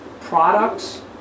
products